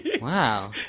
Wow